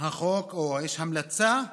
יש המלצה לשר.